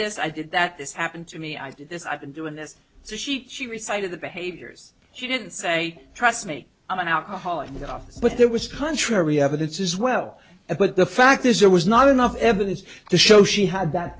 this i did that this happened to me i did this i've been doing this so she she reciting the behaviors she didn't say trust me i'm an alcoholic in the office but there was contrary evidence as well but the fact is there was not enough evidence to show she had th